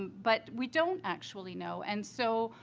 but we don't actually know, and so,